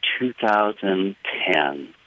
2010